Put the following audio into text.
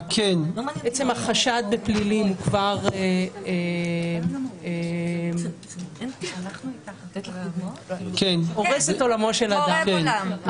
עצם החשד בפלילים כבר הורס את עולמו של אדם.